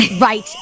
right